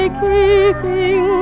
keeping